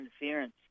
interference